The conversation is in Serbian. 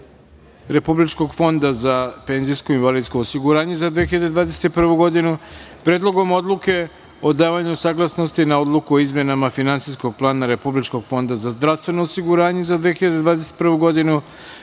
Republičkog fonda za penzijsko i invalidsko osiguranje za 2021. godinu, Predlogom odluke o davanju saglasnosti na Odluku o izmenama Finansijskog plana Republičkog fonda za zdravstveno osiguranje za 2021. godinu